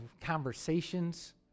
conversations